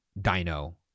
dino